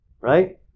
Right